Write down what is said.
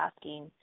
asking